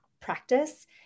practice